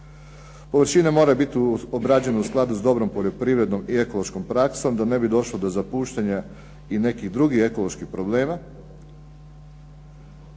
Površine moraju biti obrađene u skladu s dobrom poljoprivrednom i ekološkom praksom da ne bi došlo do zapuštanja i nekih drugih ekoloških problema.